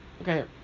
okay